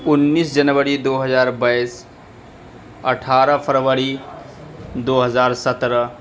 انیس جنوری دو ہزار بائیس اٹھارہ فروری دو ہزار سترہ